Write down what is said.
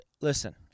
Listen